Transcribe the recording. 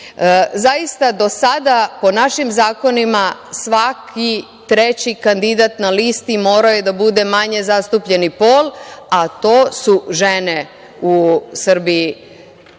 do sada, po našim zakonima, svaki treći kandidat na listi morao je da bude manje zastupljeni pol, a to su žene u Srbiji